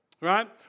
Right